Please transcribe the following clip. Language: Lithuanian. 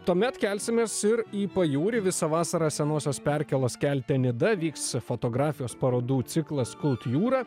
tuomet kelsimės ir į pajūrį visą vasarą senosios perkėlos kelte nida vyks fotografijos parodų ciklas kultjūra